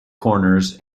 corners